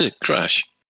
Crash